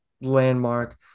landmark